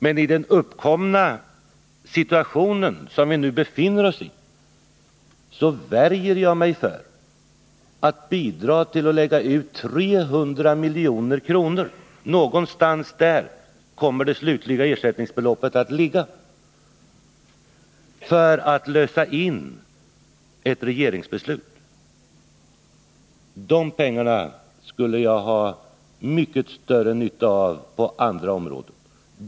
Men i den uppkomna situationen, som vi nu befinner oss i, värjer jag mig för att bidra till att lägga ut 300 milj.kr. — det slutliga ersättningsbeloppet kommer att ligga däromkring — för att lösa in ett regeringsbeslut. De pengarna skulle jag ha mycket större nytta av på andra områden.